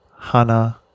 Hana